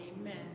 Amen